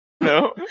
No